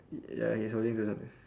ya he's holding on to something